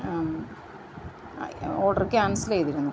order cancel persistent-noise-send